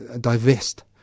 Divest